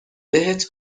بهت